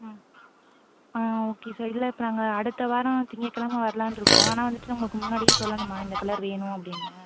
ஆ ஆ okay sir இல்லை இப்போ நாங்கள் அடுத்த வாரம் திங்கக்கிழம வரலான்னு இருக்கோம் ஆனால் வந்துட்டு நம்ம இப்போ முன்னாடியே சொல்லணுமா இந்த கலர் வேணும் அப்படின்னு